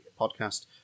podcast